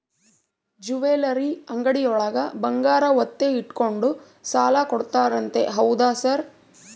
Jewellery ಅಂಗಡಿಯೊಳಗ ಬಂಗಾರ ಒತ್ತೆ ಇಟ್ಕೊಂಡು ಸಾಲ ಕೊಡ್ತಾರಂತೆ ಹೌದಾ ಸರ್?